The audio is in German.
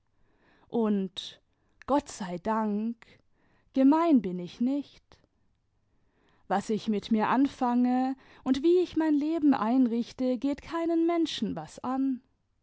und gott sei dank gemein bin ich nicht was ich mit mir anfange und wie ich mein leben einrichte geht keinen menschen was an